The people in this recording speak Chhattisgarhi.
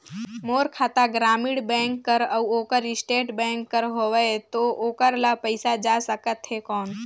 मोर खाता ग्रामीण बैंक कर अउ ओकर स्टेट बैंक कर हावेय तो ओकर ला पइसा जा सकत हे कौन?